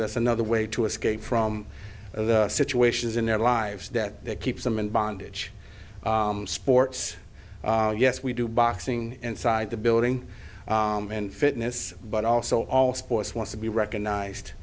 that's another way to escape from situations in their lives that that keeps them in bondage sports yes we do boxing inside the building and fitness but also all sports want to be recognized